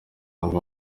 ngo